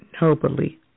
nobly